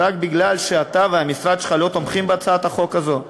רק מפני שאתה והמשרד שלך לא תומכים בהצעת החוק הזו,